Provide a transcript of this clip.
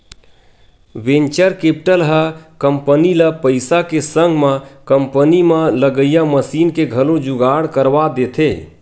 venture capital ह company ल पइसा के संग म कंपनी म लगइया मसीन के घलो जुगाड़ करवा देथे